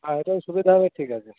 আর এটা সুবিধা হবে ঠিক আছে